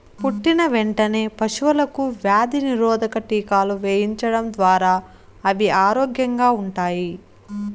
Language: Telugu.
పుట్టిన వెంటనే పశువులకు వ్యాధి నిరోధక టీకాలు వేయించడం ద్వారా అవి ఆరోగ్యంగా ఉంటాయి